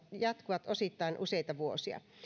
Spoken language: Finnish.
jatkuvat osittain useita vuosia